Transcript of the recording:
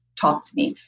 talk to me.